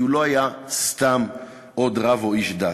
כי הוא לא היה סתם עוד רב או איש דת.